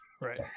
right